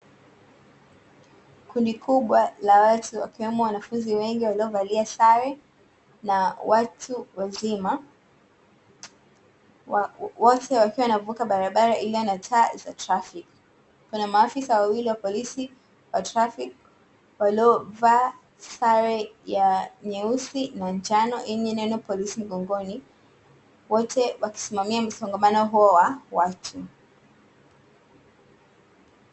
Kundi kubwa la watu wakiwemo wanafunzi wengi waliovalia sare na watu wazima, wote wakiwa wanavuka barabara iliyo na taa za trafiki. Kuna maafisa wawili wa polisi (wa trafiki) waliova sare ya nyeusi na njano yenye neno polisi mgongoni, wote wakisimamia songamano huo wa watu.